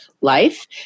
life